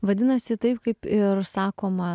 vadinasi taip kaip ir sakoma